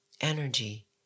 energy